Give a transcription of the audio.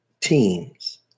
teams